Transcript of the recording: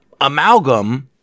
amalgam